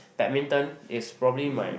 badminton is probably my